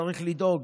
צריך לדאוג.